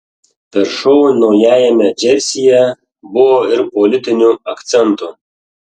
per šou naujajame džersyje buvo ir politinių akcentų